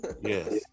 yes